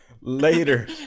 later